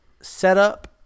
setup